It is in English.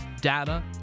data